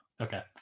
Okay